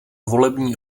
volební